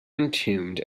entombed